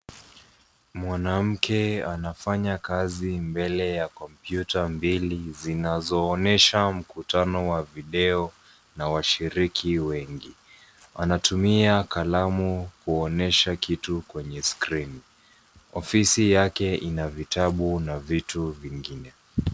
Mwanamke anafanya kazi mbele ya kompyuta mbili zinazoonyesha mkutano wa video na washiriki wengi. Anatumia kalamu kuonyesha kitu kwenye skrini. Ofisi yake ina vitabu na vitu vingine.